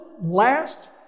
last